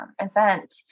event